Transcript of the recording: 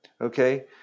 Okay